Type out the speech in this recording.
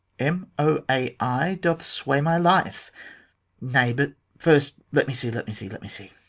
m, o, a, i, doth sway my life nay, but first, let me see, let me see, let me see.